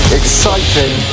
exciting